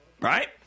Right